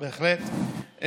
בהחלט.